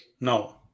No